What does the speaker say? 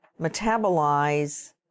metabolize